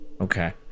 okay